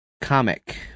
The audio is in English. comic